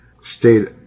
stayed